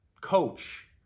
coach